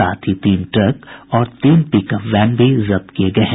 साथ ही तीन ट्रक और तीन पिकअप वैन भी जब्त किये गये हैं